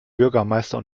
bürgermeister